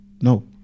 no